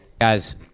Guys